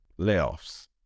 layoffs